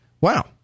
wow